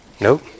Nope